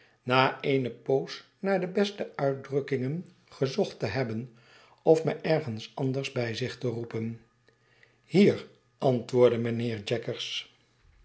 na eene poos naar de beste uitdrukkingen gezocht te hebben of mij ergens anders bij zich roepen hier antwoordde mijnheer jaggers